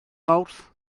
mawrth